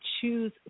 choose